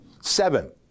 seven